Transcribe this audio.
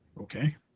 Okay